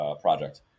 project